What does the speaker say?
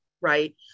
Right